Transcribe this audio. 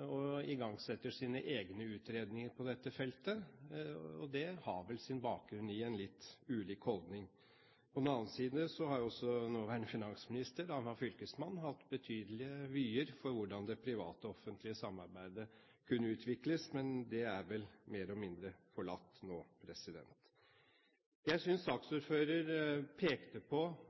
og igangsetter sine egne utredninger på dette feltet, og det har vel sin bakgrunn i en litt ulik holdning. På den andre siden har jo også nåværende finansminister, da han var fylkesmann, hatt betydelige vyer for hvordan det privat–offentlige samarbeidet kunne utvikles, men det er vel mer eller mindre forlatt nå. Saksordføreren pekte på